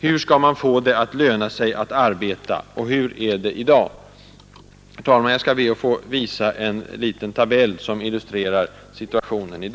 Hur skall man få det att löna sig att arbeta? Hur är det i dag? Jag ber att på kammarens TV-skärm få visa en liten tabell som illustrerar situationen.